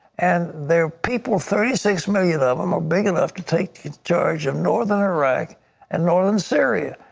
and their people, thirty six million of them are big enough to take charge of northern iraq and northern syria,